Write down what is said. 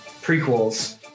prequels